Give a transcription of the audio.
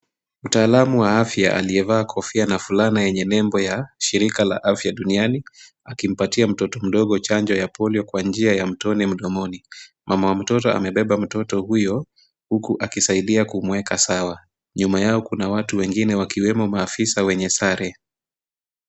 Mtaalamu wa afya aliyevaa kofia na fulana yenye nembo ya shirika la afya duniani, akimpatia mtoto mdogo chanjo ya Polio kwa njia ya mtone mdomoni. Mama mtoto amebeba mtoto huyo huku akisaidia kumuweka sawa. Nyuma yao kuna watu wengine wakiwemo maafisa wenye sare.